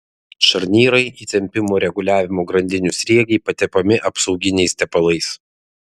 šarnyrai įtempimo reguliavimo grandinių sriegiai patepami apsauginiais tepalais